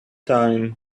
time